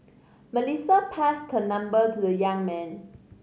Melissa passed her number to the young man